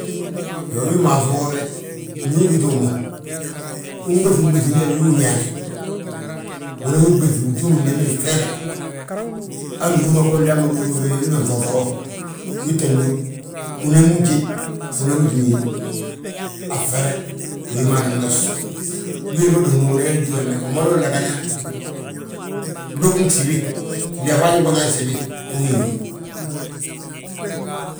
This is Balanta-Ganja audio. Iyoo, wi maafi woo we, ndu ugiti wi mo, unɓéŧi ɓéŧini a wédu uñaane. Unan wi ɓéŧi utúm glimbiri gŧeele, hanu uhúru mo danba ugím bo winan nŧooŧa wo. Uu tta ñób, unanwi jéd, unan wi túm a fŧere wédi ma nan dos. Ndi wédi ma dos mo, unan yaa tíw wembe umada wi lagana, glooguŋ gsibi, glee faajingooda han nsibi, ungi ngi wi.